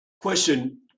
question